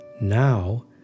Now